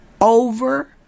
over